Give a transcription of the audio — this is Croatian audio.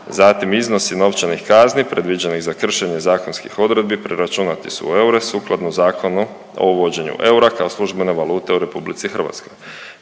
zatim iznosi novčanih kazni predviđenih za kršenje zakonskih odredbi preračunati su u eure, sukladno Zakonu o uvođenju eura kao službene valute u RH.